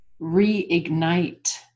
reignite